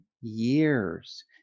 years